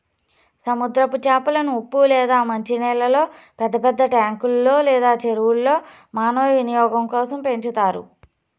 సముద్రపు చేపలను ఉప్పు లేదా మంచి నీళ్ళల్లో పెద్ద పెద్ద ట్యాంకులు లేదా చెరువుల్లో మానవ వినియోగం కోసం పెంచుతారు